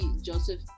joseph